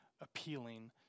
appealing